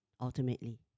ultimately